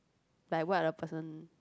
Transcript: like what a person